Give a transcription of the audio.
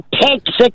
Texas